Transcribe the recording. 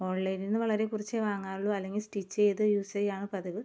ഓൺലൈനിൽനിന്ന് വളരെ കുറച്ചേ വാങ്ങാറുള്ളു അല്ലെങ്കിൽ സ്റ്റിച്ച് ച്ചെയ്ത് യൂസ് ചെയ്യുകയാണ് പതിവ്